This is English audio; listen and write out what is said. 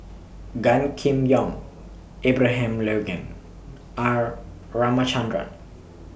Gan Kim Yong Abraham Logan R Ramachandran